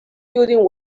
building